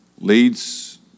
Leads